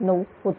89 होता